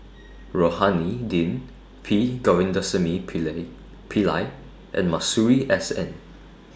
Rohani Din P Govindasamy Pillai and Masuri S N